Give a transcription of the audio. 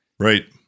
Right